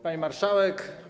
Pani Marszałek!